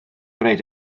gwneud